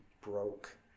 broke